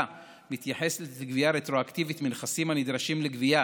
מתייחסת לגבייה רטרואקטיבית מנכסים הנדרשים לגבייה